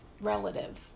relative